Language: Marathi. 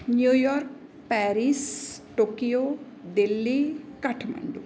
New York Paris Tokyo Delhi Kathmandu